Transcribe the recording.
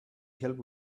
help